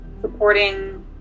supporting